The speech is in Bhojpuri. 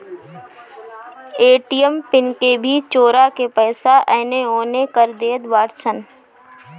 ए.टी.एम पिन के भी चोरा के पईसा एनेओने कर देत बाड़ऽ सन